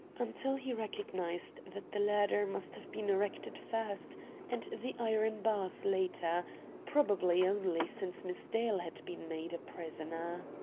until he recognized that the ladder must have been erected first and the iron bars later probably only since miss dale had been made a prisoner.